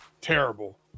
terrible